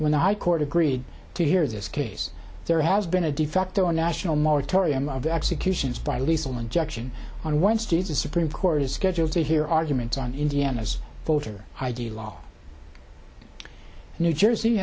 when the high court agreed to hear this case there has been a de facto national moratorium of executions by lethal injection on wednesday the supreme court is scheduled to hear arguments on indiana's voter id law new jersey